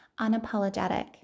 unapologetic